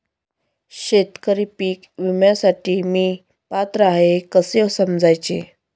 शेतकरी पीक विम्यासाठी मी पात्र आहे हे कसे समजायचे?